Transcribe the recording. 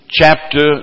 chapter